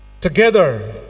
together